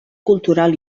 cultural